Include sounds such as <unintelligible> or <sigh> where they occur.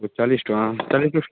ଓ ଚାଲିଶ୍ ଟଙ୍କା <unintelligible>